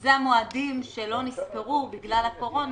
אלו המועדים שלא נספרו בגלל הקורונה,